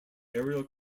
aerial